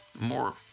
more